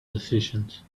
decisions